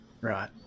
Right